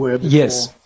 Yes